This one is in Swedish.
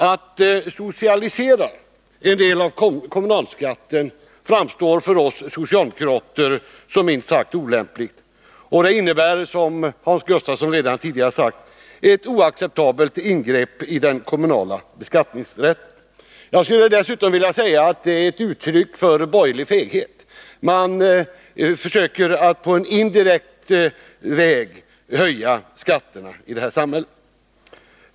Att socialisera en del av kommunalskatten framstår för oss socialdemokrater som minst sagt olämpligt. Det innebär, som Hans Gustafsson redan tidigare sagt, ett oacceptabelt ingrepp i den kommunala beskattningsrätten. Jag skulle dessutom vilja säga att det är ett uttryck för borgerlig feghet. Man försöker att på en indirekt väg höja skatterna i samhället.